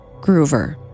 Groover